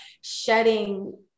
shedding